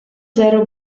zero